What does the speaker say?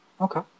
okay